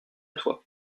toi